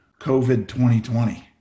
COVID-2020